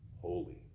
holy